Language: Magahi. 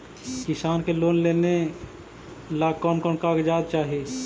किसान के लोन लेने ला कोन कोन कागजात चाही?